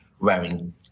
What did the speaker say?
wearing